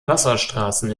wasserstraßen